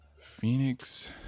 Phoenix